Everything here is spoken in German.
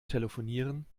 telefonieren